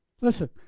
Listen